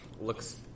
looks